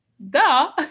Duh